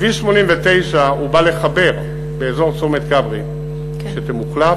כביש 89 בא לחבר באזור צומת כברי שימוחלף,